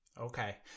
Okay